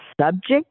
subject